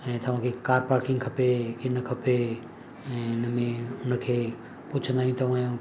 ऐं तव्हांखे car parking खपे की न खपे ऐं उनमें उनखे पुछंदा आयूं तव्हांजो